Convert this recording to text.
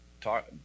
talk